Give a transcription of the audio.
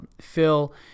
Phil